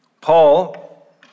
Paul